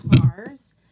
cars